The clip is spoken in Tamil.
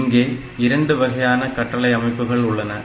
இங்கே இரண்டு வகையான கட்டளை அமைப்புகள் உள்ளன